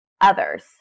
others